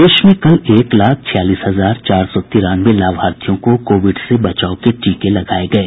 प्रदेश में कल एक लाख छियालीस हजार चार सौ तिरानवे लाभार्थियों को कोविड से बचाव के टीके लगाये गये